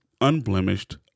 unblemished